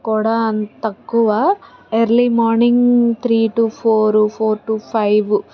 కూడా ఆ తక్కువ early morning three two four four two five